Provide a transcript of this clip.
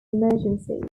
emergencies